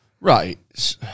right